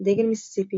דגל מיסיסיפי